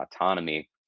autonomy